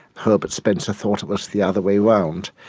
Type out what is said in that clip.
herbert spencer thought it was the other way around.